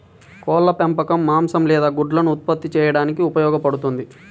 కోళ్ల పెంపకం మాంసం లేదా గుడ్లను ఉత్పత్తి చేయడానికి ఉపయోగపడుతుంది